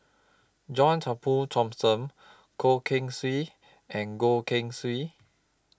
John Turnbull Thomson Goh Keng Swee and Goh Keng Swee